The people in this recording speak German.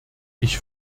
ich